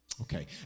Okay